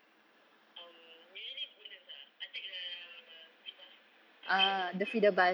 um usually woodlands ah I take the the stupid bus to go over